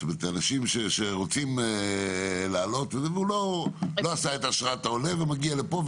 אדם שרוצה לעלות ולא עשה את אשרת העולה ומגיע לפה.